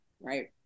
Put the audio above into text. right